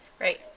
Right